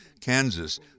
Kansas